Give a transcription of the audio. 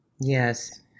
Yes